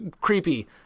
creepy